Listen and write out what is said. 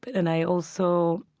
but and i also